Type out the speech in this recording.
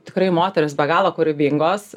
tikrai moterys be galo kūrybingos